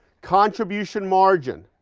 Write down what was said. contribution margin.